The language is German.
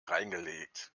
reingelegt